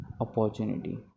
opportunity